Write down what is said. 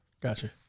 Gotcha